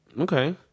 Okay